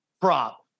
prop